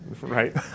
Right